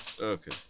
okay